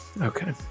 okay